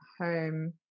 home